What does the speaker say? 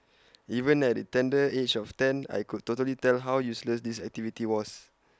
even at the tender age of ten I could totally tell how useless this activity was